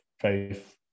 faith